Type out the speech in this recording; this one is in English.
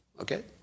okay